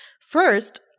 First